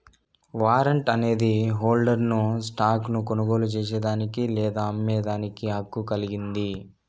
warrant అనేది హోల్డర్ను stock ను కొనుగోలు చేసేదానికి లేదా అమ్మేదానికి హక్కు కలిగింది